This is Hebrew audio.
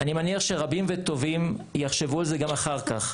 אני מניח שרבים וטובים יחשבו על זה גם אחר כך.